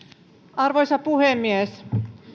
arvoisa puhemies